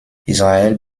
israel